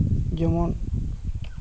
ᱡᱮᱢᱚᱱ